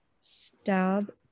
Stab